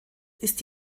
ist